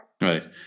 Right